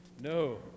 No